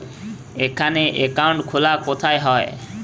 এখানে অ্যাকাউন্ট খোলা কোথায় হয়?